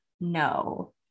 no